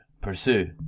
pursue